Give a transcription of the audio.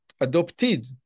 adopted